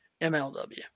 MLW